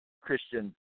Christian